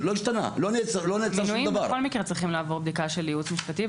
מינויים בכל מקרה צריכים לעבור בדיקה של ייעוץ משפטי.